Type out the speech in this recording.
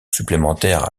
supplémentaire